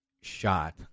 Shot